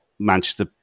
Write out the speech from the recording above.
Manchester